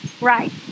Right